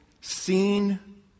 seen